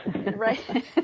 right